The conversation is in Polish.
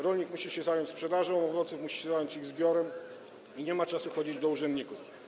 Rolnik musi się zająć sprzedażą owoców, musi się zająć ich zbiorem i nie ma czasu chodzić do urzędników.